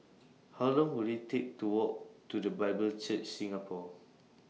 How Long Will IT Take to Walk to The Bible Church Singapore